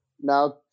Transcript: now